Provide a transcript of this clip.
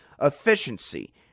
efficiency